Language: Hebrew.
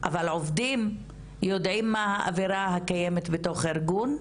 אבל עובדים יודעים מה האווירה הקיימת בתוך ארגון,